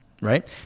right